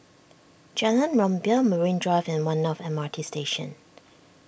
Jalan Rumbia Marine Drive and one North M R T Station